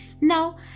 Now